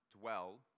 dwell